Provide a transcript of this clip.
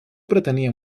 pretenia